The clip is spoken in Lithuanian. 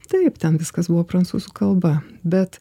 taip ten viskas buvo prancūzų kalba bet